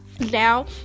Now